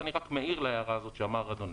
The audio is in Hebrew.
אני רק מעיר להערה הזאת שאמר אדוני.